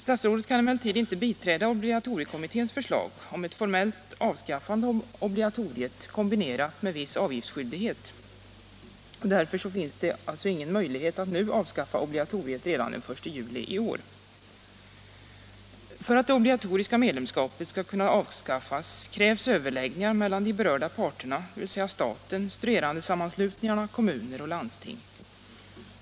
Statsrådet kan emellertid inte biträda obligatoriekommitténs förslag om ett formellt avskaffande av obligatoriet, kombinerat med viss avgiftsskyldighet. Därför finns det ingen möjlighet att avskaffa obligatoriet redan den 1 juli i år. För att det obligatoriska medlemskapet skall kunna avskaffas krävs överläggningar mellan de berörda parterna, dvs. staten, studerandesammanslutningarna, kommuner och landsting.